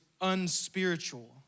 unspiritual